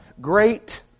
great